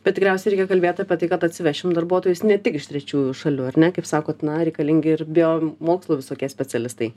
bet tikriausiai reikia kalbėt apie tai kad atsivešim darbuotojus ne tik iš trečiųjų šalių ar ne kaip sakot na reikalingi ir biomokslų visokie specialistai